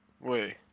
Wait